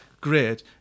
great